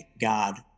God